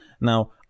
Now